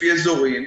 לפי אזורים.